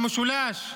במשולש.